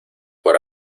por